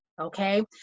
Okay